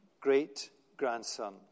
great-grandson